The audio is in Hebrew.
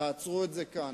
תעצרו את זה כאן.